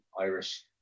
irish